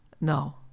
No